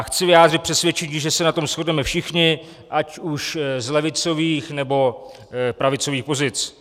Chci vyjádřit přesvědčení, že se na tom shodneme všichni, ať už z levicových, nebo pravicových pozic.